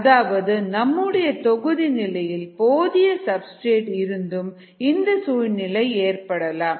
அதாவது நம்முடைய தொகுதி நிலையில் போதிய சப்ஸ்டிரேட் இருந்தும் இந்த சூழ்நிலை ஏற்படலாம்